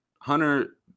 Hunter